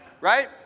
Right